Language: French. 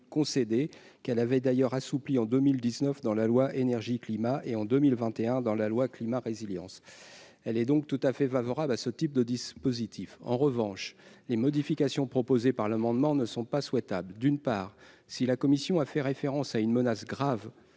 concédé qu'elle avait d'ailleurs assoupli en 2019 dans la loi énergie-climat et en 2021 dans la loi climat résilience, elle est donc tout à fait favorable à ce type de dispositif en revanche les modifications proposées par l'amendement ne sont pas souhaitables : d'une part, si la Commission a fait référence à une menace grave